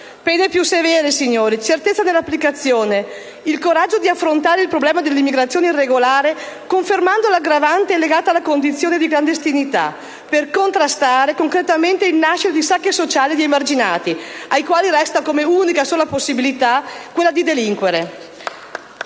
pene più severe, certezza nella loro applicazione, il coraggio di affrontare il problema dell'immigrazione irregolare confermando l'aggravante legata alla condizione di clandestinità, per contrastare concretamente il nascere di sacche sociali di emarginati, ai quali come unica possibilità resta quella di delinquere.